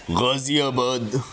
غازی آباد